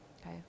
Okay